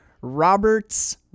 Roberts